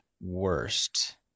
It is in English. worst